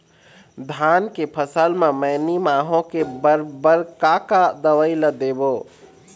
धान के फसल म मैनी माहो के बर बर का का दवई ला देबो?